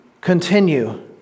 continue